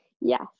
Yes